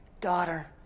daughter